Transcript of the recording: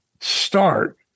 start